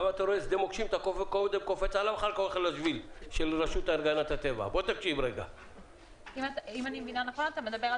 אם אני מבינה נכון, אתה מדבר על